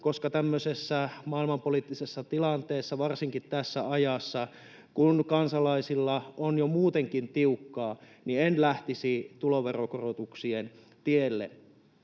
koska tämmöisessä maailmanpoliittisessa tilanteessa, varsinkin tässä ajassa, kun kansalaisilla on jo muutenkin tiukkaa, en lähtisi tuloveron korotuksien tielle.